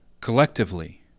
collectively